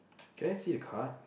can I see the card